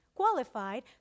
qualified